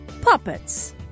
puppets